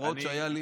ההפרעות שהיו.